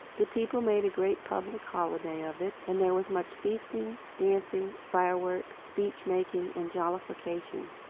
the people made a great public holiday of it and there was much feasting, dancing, fireworks, speech-making and jollification.